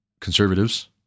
conservatives